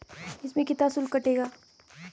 इसमें शुल्क कितना कटेगा?